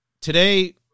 today